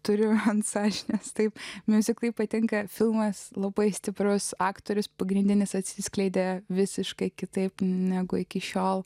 turiu ant sąžinės taip miuziklai patinka filmas labai stiprios aktorius pagrindinis atsiskleidė visiškai kitaip negu iki šiol